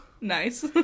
Nice